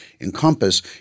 encompass